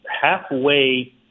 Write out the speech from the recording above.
halfway